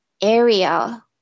area